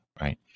right